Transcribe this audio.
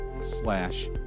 slash